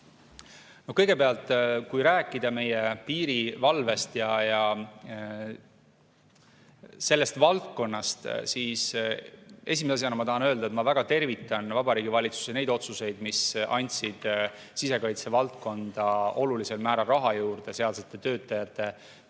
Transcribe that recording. Kõigepealt, kui rääkida meie piirivalvest ja sellest valdkonnast, siis esimese asjana ma tahan öelda, et ma väga tervitan Vabariigi Valitsuse neid otsuseid, mis andsid sisekaitse valdkonda olulisel määral raha juurde sealsete töötajate palkade